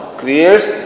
creates